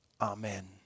Amen